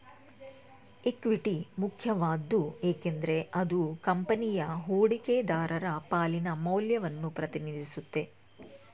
equity ಮುಖ್ಯವಾದ್ದು ಏಕೆಂದ್ರೆ ಅದು ಕಂಪನಿಯ ಹೂಡಿಕೆದಾರರ ಪಾಲಿನ ಮೌಲ್ಯವನ್ನ ಪ್ರತಿನಿಧಿಸುತ್ತೆ